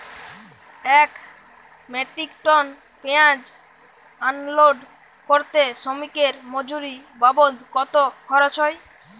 এক metric tonne পেঁয়াজ unload করতে শ্রমিকের মজুরি বাবদ কত খরচ হয়?